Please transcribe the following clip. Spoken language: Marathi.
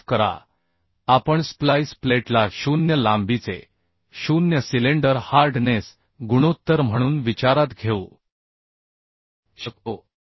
माफ करा आपण स्प्लाइस प्लेटला शून्य लांबीचे शून्य सिलेंडर हार्डनेस गुणोत्तर म्हणून विचारात घेऊ शकतो